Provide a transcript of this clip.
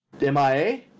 MIA